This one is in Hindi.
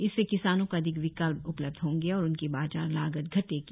इससे किसानों को अधिक विकल्प उपलब्ध होंगे और उनकी बाजार लागत घटेगी